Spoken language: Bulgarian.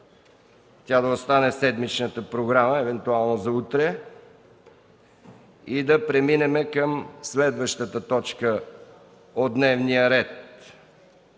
тя да остане в седмичната програма евентуално за утре, и да преминем към следващата точка от дневния ред.